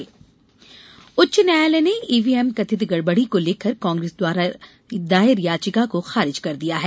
EVM उच्च न्यायालय ने ईवीएम कथित गड़बड़ी को लेकर कांग्रेस द्वारा दायर की याचिका को खारिज कर दिया है